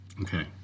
Okay